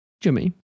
Jimmy